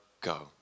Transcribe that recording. go